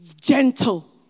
gentle